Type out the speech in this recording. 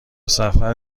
سفر